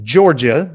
Georgia